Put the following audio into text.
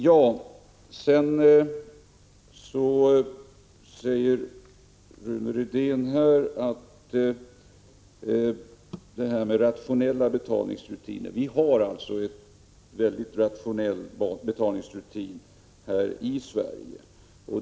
Rune Rydén talar om rationella betalningsrutiner. Vi har en mycket rationell betalningsrutin här i Sverige.